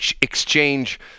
exchange